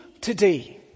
today